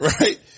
right